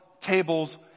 tables